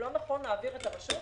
לא נכון להעביר את הרשות